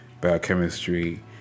biochemistry